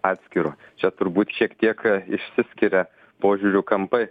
atskiro čia turbūt šiek tiek išsiskiria požiūrių kampai